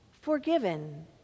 forgiven